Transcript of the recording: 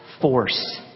force